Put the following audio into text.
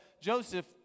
Joseph